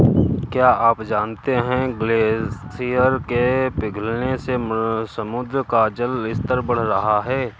क्या आप जानते है ग्लेशियर के पिघलने से समुद्र का जल स्तर बढ़ रहा है?